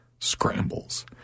scrambles